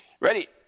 Ready